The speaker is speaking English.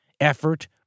effort